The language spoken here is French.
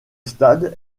stade